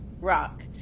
rock